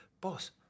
boss